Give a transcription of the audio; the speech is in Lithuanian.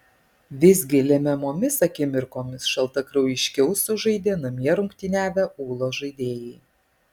visgi lemiamomis akimirkomis šaltakraujiškiau sužaidė namie rungtyniavę ūlos žaidėjai